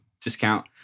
Discount